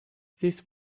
this